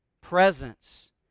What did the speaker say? Presence